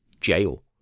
jail